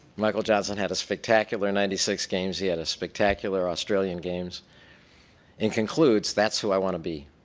michael johnson had a spectacular ninety six games, he had a spectacular australian games and concludes that's who i want to be.